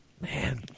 man